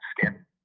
skin